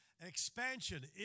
expansion